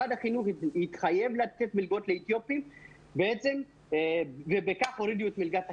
משרד החינוך מתחייב לתת מלגות לאתיופים ובכך הורידו את מלגת הקיום.